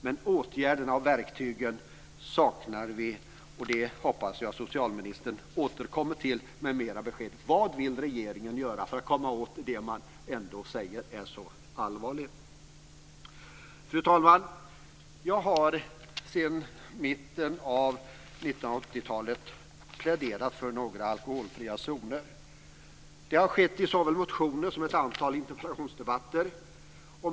Men vi saknar åtgärderna och verktygen. Jag hoppas att socialministern återkommer med fler besked. Vad vill regeringen göra för att komma åt det man ändå säger är så allvarligt? Fru talman! Jag har sedan mitten av 1980-talet pläderat för några alkoholfria zoner. Det har skett i såväl motioner som i ett antal interpellationsdebatter.